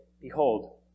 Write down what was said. Behold